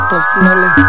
Personally